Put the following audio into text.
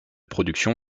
production